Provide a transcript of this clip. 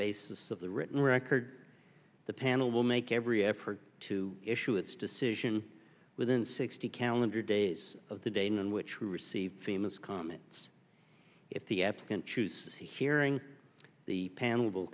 basis of the written record the panel will make every effort to issue its decision within sixty calendar days of the day in which we receive famous comments if the applicant chooses hearing the panel